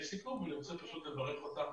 לסיכום, אני רוצה לברך אותך.